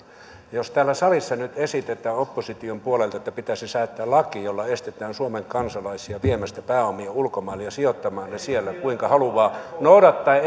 jos täällä salissa nyt esitetään opposition puolelta että pitäisi säätää laki jolla estetään suomen kansalaisia viemästä pääomia ulkomaille ja sijoittamaan ne siellä kuinka haluavat noudattaen